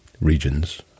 regions